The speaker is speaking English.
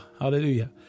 Hallelujah